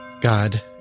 God